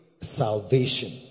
salvation